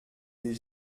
des